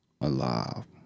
Alive